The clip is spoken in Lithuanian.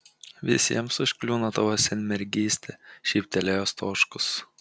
visiems užkliūna tavo senmergystė šyptelėjo stoškus